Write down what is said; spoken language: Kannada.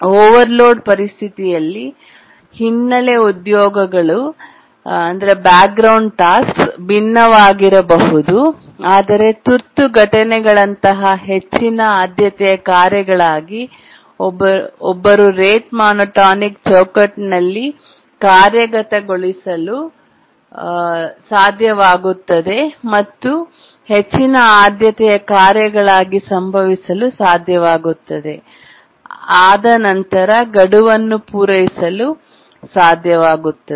ಓವರ್ಲೋಡ್ ಪರಿಸ್ಥಿತಿಯಲ್ಲಿ ಹಿನ್ನೆಲೆ ಉದ್ಯೋಗಗಳು ಭಿನ್ನವಾಗಿರಬಹುದು ಆದರೆ ತುರ್ತು ಘಟನೆಗಳಂತಹ ಹೆಚ್ಚಿನ ಆದ್ಯತೆಯ ಕಾರ್ಯಗಳಿಗಾಗಿ ಒಬ್ಬರು ರೇಟ್ ಮೋನೋಟೋನಿಕ್ ಚೌಕಟ್ಟಿನಲ್ಲಿ ಕಾರ್ಯಗತಗೊಳಿಸಲು ಸಾಧ್ಯವಾಗುತ್ತದೆ ಮತ್ತು ಹೆಚ್ಚಿನ ಆದ್ಯತೆಯ ಕಾರ್ಯಗಳಾಗಿ ಸಂಭವಿಸಲು ಸಾಧ್ಯವಾಗುತ್ತದೆ ಮತ್ತು ಅದನಂತರ ಗಡುವನ್ನು ಪೂರೈಸಲು ಸಾಧ್ಯವಾಗುತ್ತದೆ